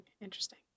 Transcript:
interesting